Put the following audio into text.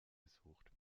gesucht